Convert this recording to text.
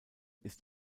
ist